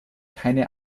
keine